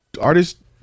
Artists